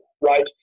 right